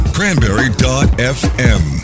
Cranberry.fm